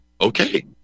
Okay